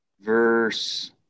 Verse